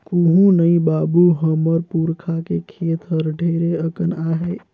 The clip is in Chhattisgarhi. कुहू नइ बाबू, हमर पुरखा के खेत हर ढेरे अकन आहे